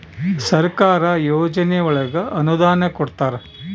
ಸರ್ಕಾರ ಯೋಜನೆ ಒಳಗ ಅನುದಾನ ಕೊಡ್ತಾರ